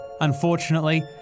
Unfortunately